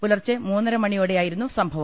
പുലർച്ചെ മൂന്നര മണിയോടെയായിരുന്നു സംഭവം